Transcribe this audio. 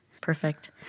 perfect